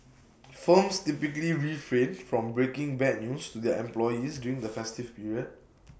firms typically refrain from breaking bad news to their employees during the festive period